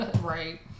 Right